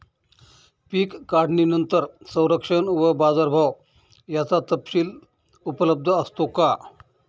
पीक काढणीनंतर संरक्षण व बाजारभाव याचा तपशील उपलब्ध असतो का?